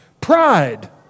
pride